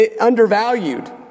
undervalued